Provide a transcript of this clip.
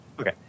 okay